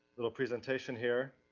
little presentation here,